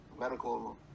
medical